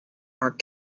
are